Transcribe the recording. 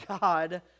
God